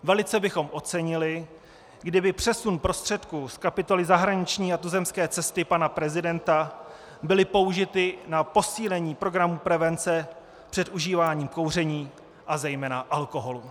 Velice bychom ocenili, kdyby přesun prostředků z kapitoly zahraniční a tuzemské cesty pana prezidenta byly použity na posílení programu prevence před užíváním kouření a zejména alkoholu.